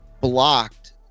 blocked